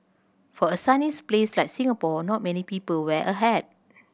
for a sunny place like Singapore not many people wear a hat